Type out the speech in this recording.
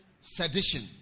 sedition